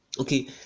okay